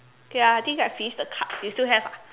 okay lah I think I finish the cards you still have ah